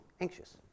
anxious